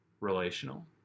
relational